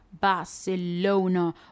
Barcelona